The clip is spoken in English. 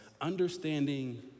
understanding